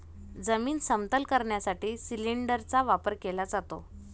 जमीन समतल करण्यासाठी सिलिंडरचा वापर केला जातो